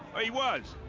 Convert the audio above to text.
he was